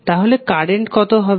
তাহলে কারেন্ট কত হবে